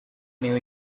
new